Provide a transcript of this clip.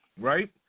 right